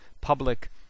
public